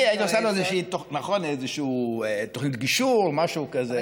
היית עושה לו איזושהי תוכנית גישור או משהו כזה.